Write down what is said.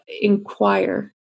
inquire